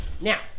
Now